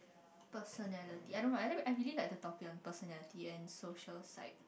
personality I don't know I I really like the topic on personality and social psych